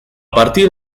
partir